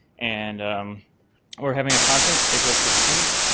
and um we're having a conference april fifteenth.